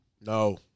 No